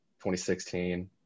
2016